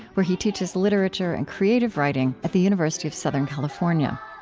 where he teaches literature and creative writing at the university of southern california.